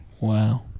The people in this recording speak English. Wow